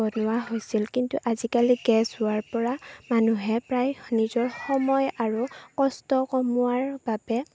বনোৱা হৈছিল কিন্তু আজিকালি গেছ হোৱাৰ পৰা মানুহে প্ৰায় নিজৰ সময় আৰু কষ্ট কমোৱাৰ বাবে